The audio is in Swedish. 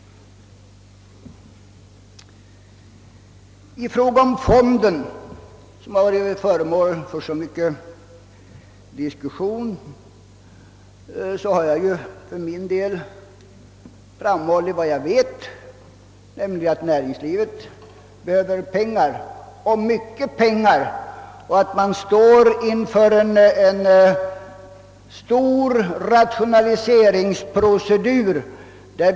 I fråga om näringspolitiska fonden, som varit föremål för så mycken diskussion, har jag för min del framhållit att näringslivet behöver pengar och mycket pengar och att man står inför en stor rationaliseringsprocedur.